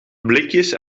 blikjes